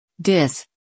dis